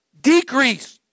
Decrease